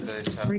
הישיבה ננעלה בשעה